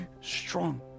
strong